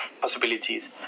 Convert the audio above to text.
possibilities